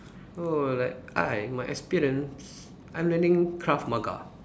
oh like I my experience I learning Krav-Maga